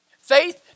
Faith